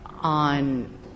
on